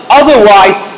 otherwise